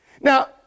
Now